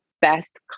best